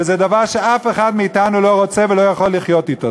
וזה דבר שאף אחד מאתנו לא רוצה ולא יכול לחיות אתו.